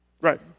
Right